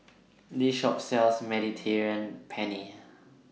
This Shop sells Mediterranean Penne